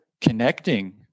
connecting